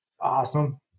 awesome